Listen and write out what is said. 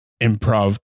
improv